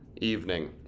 evening